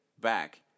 back